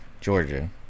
Georgia